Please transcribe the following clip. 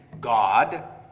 God